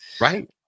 Right